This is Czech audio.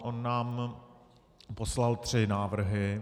On nám poslal tři návrhy.